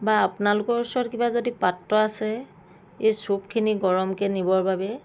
বা আপোনালোকৰ ওচৰত যদি কিবা পাত্ৰ আছে এই চুপখিনি গৰমকে নিবৰ বাবে